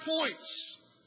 points